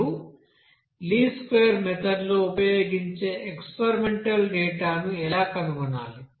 మీరు least square method లో ఉపయోగించే ఎక్స్పెరిమెంటల్ డేటా ను ఎలా కనుగొనాలి